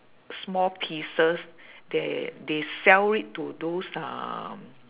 small pieces that they sell it to those uh